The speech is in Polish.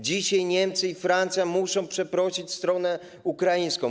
Dzisiaj Niemcy i Francja muszą przeprosić stronę ukraińską.